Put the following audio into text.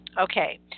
Okay